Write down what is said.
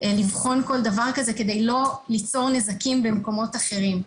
לבחון כל דבר כזה כדי לא ליצור נזקים במקומות אחרים.